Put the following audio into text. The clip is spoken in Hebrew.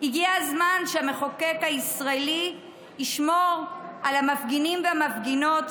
הגיע הזמן שהמחוקק הישראלי ישמור על המפגינים והמפגינות